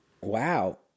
Wow